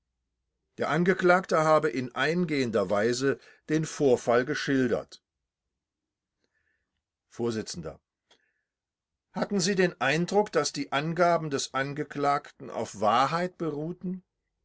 der angeklagte habe in eingehender weise den vorfall geschildert vors hatten sie den eindruck daß die angaben des angeklagten auf wahrheit beruhten